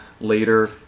later